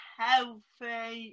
healthy